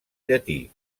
llatí